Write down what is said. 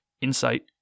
insight